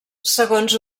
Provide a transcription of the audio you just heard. segons